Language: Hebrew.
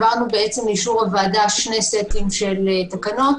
העברנו לאישור הוועדה שני סטים של תקנות.